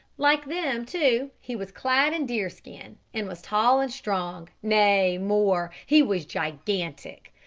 like them, too, he was clad in deerskin, and was tall and strong nay, more, he was gigantic.